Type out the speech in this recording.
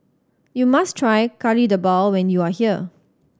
you must try Kari Debal when you are here